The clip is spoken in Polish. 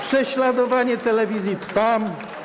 prześladowanie Telewizji Trwam.